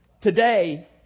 Today